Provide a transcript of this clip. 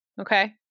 Okay